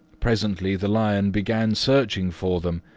presently the lion began searching for them,